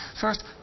First